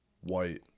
white